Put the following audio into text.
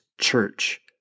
church